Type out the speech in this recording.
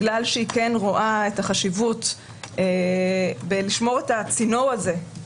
בגלל שהיא כן רואה את החשיבות לשמור את הצינור הזה,